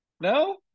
no